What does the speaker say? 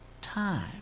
time